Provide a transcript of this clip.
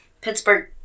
Pittsburgh